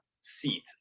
seat